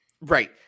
Right